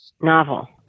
novel